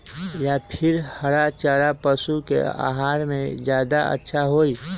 या फिर हरा चारा पशु के आहार में ज्यादा अच्छा होई?